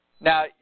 Now